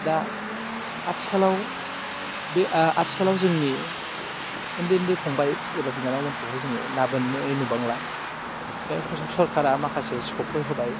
दा आथिखालाव बे आथिखालाव जोंनि उन्दै उन्दै फंबाय एबा बिनानावमोनखौहाय जोङो ना बोननो नुबांला बे सरकारआ माखासे स्कपफोर होबाय